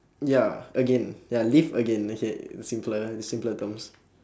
ya again ya live again okay simpler the simpler terms